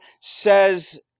says